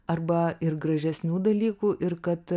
arba ir gražesnių dalykų ir kad